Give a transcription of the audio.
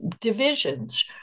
divisions